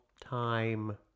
time